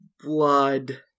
blood